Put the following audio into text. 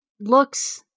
looks